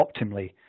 optimally